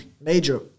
major